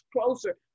closer